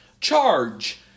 charge